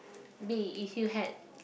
B if you had